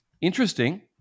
interesting